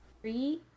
three